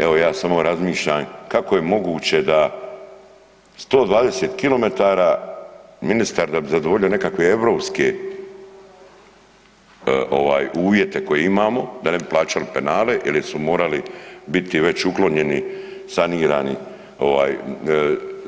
Evo ja samo razmišljam kako je moguće da 120km ministar da bi zadovoljio nekakve europske uvjete koje imamo da ne bi plaćali penale jel su morali biti već uklonjeni, sanirani